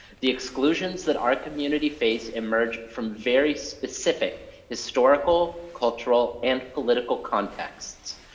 the exclusions that our communities face emerge from very specific historical, cultural, and political contexts.